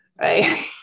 right